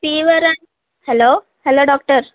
fever hello hello doctor